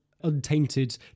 untainted